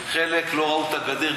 חלק לא ראו את הגדר,